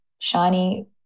shiny